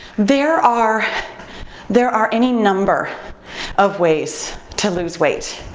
there are there are any number of ways to lose weight.